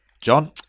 John